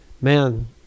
man